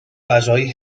غذای